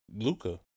Luca